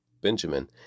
Benjamin